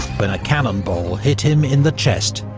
but a cannonball hit him in the chest,